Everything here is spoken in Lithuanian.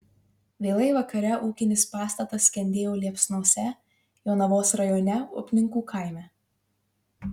vėlai vakare ūkinis pastatas skendėjo liepsnose jonavos rajone upninkų kaime